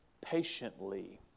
patiently